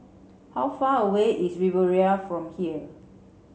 how far away is Riviera from here